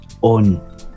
on